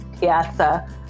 Piazza